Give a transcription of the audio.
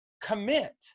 commit